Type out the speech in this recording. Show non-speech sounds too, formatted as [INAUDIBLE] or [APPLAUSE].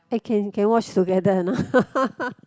eh can can watch together a not [LAUGHS]